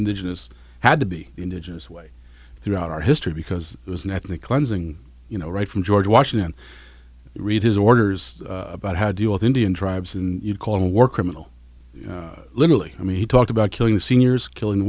indigenous had to be the indigenous way throughout our history because it was an ethnic cleansing you know right from george washington read his orders about how to deal with indian tribes and you call him a war criminal literally i mean he talked about killing seniors killing